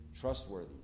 Trustworthy